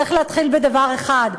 צריך להתחיל בדבר אחד,